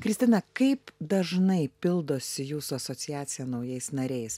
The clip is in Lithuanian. kristina kaip dažnai pildosi jūsų asociacija naujais nariais